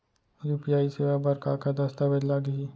UPI सेवा बर का का दस्तावेज लागही?